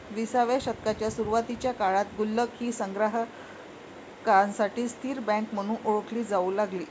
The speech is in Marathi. विसाव्या शतकाच्या सुरुवातीच्या काळात गुल्लक ही संग्राहकांसाठी स्थिर बँक म्हणून ओळखली जाऊ लागली